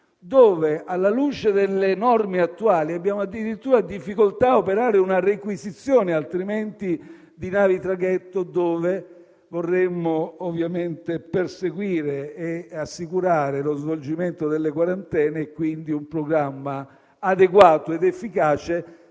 alla luce delle norme attuali, abbiamo addirittura difficoltà ad operare una requisizione di navi traghetto dove vorremmo ovviamente assicurare lo svolgimento delle quarantene e, quindi, programmare un'adeguata ed efficace